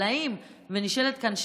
אבל נשאלת כאן שאלה.